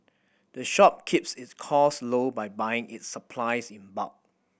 the shop keeps its cost low by buying its supplies in bulk